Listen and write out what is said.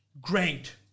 great